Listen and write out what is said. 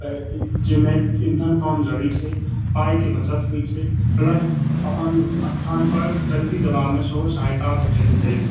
जाहिमे ईन्धन कम जरूरी छै पाइके बचत होइ छै प्लस अपन स्थान पर जल्दी जेबामे सेहो सहायता भेटैत अछि